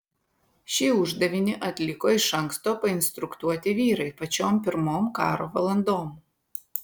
šį uždavinį atliko iš anksto painstruktuoti vyrai pačiom pirmom karo valandom